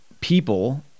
People